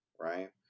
right